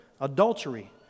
adultery